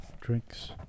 drinks